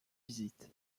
visite